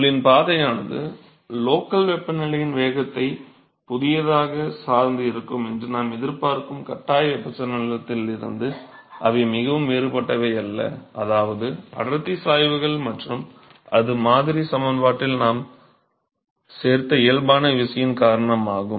உங்களின் பாதையானது லோக்கல் வெப்பநிலையின் வேகத்தை புதியதாகச் சார்ந்து இருக்கும் என்று நாம் எதிர்பார்க்கும் கட்டாய வெப்பச்சலனத்தில் இருந்து அவை மிகவும் வேறுபட்டவை அல்ல அதாவது அடர்த்தி சாய்வுகள் மற்றும் அது மாதிரி சமன்பாட்டில் நாம் சேர்த்த இயல்பான விசையின் காரணமாகும்